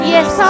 Yes